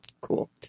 cool